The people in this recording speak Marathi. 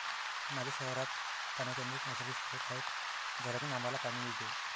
माझ्या शहरात पाण्याचे अनेक नैसर्गिक स्रोत आहेत, झऱ्यांतून आम्हाला पाणी मिळते